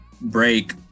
break